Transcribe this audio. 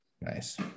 Nice